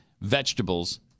vegetables